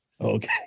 Okay